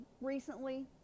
recently